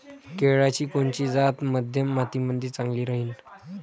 केळाची कोनची जात मध्यम मातीमंदी चांगली राहिन?